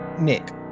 Nick